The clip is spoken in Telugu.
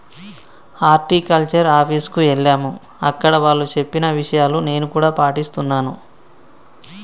హార్టికల్చర్ ఆఫీస్ కు ఎల్లాము అక్కడ వాళ్ళు చెప్పిన విషయాలు నేను కూడా పాటిస్తున్నాను